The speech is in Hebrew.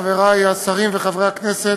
חברי השרים וחברי הכנסת,